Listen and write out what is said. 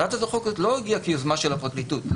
הצעת החוק הזאת לא הגיעה כיוזמה של הפרקליטות.